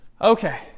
Okay